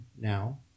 now